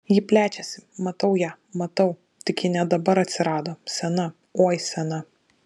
ji plečiasi matau ją matau tik ji ne dabar atsirado sena oi sena